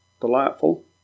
Delightful